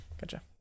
Gotcha